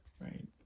right